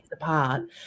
apart